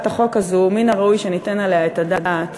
החוק הזאת מן הראוי שניתן עליה את הדעת,